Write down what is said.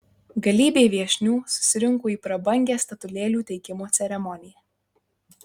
galybė viešnių susirinko į prabangią statulėlių teikimo ceremoniją